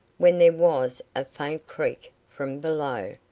when there was a faint creak from below,